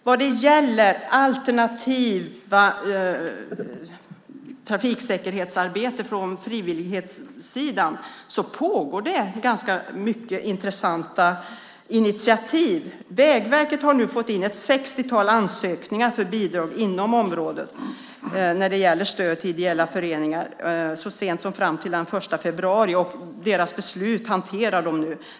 Vad gäller det alternativa trafiksäkerhetsarbetet från frivillighetssidan pågår det ganska många intressanta initiativ. Vägverket har nu fått in ett sextiotal ansökningar för bidrag inom området när det gäller stöd till ideella föreningar så sent som fram till den 1 februari, och deras beslut hanteras nu.